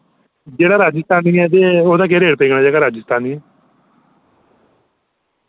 जेह्ड़ा राजेस्थानी ऐ ते ओह्दा केह् रेट पेई जाना जेह्का राजेस्थानी ऐ